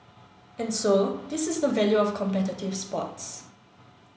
and so this is the value of competitive sports